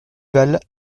val